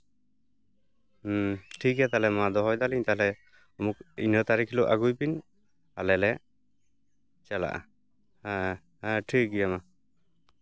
ᱴᱷᱤᱠ ᱜᱮᱭᱟ ᱛᱟᱞᱦᱮ ᱢᱟ ᱫᱚᱦᱚᱭ ᱫᱟᱞᱤᱧ ᱛᱟᱞᱦᱮ ᱤᱱᱟᱹ ᱛᱟᱨᱤᱠᱷ ᱦᱤᱞᱳᱜ ᱟᱹᱜᱩᱭ ᱵᱤᱱ ᱟᱞᱮ ᱞᱮ ᱪᱟᱞᱟᱜᱼᱟ ᱦᱮᱸ ᱦᱮᱸ ᱴᱷᱤᱠ ᱜᱮᱭᱟ ᱢᱟ